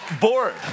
bored